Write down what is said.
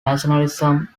nationalism